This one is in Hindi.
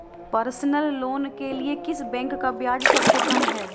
पर्सनल लोंन के लिए किस बैंक का ब्याज सबसे कम है?